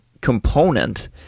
component